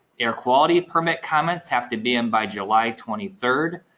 air quality permit comments have to be in by july twenty third.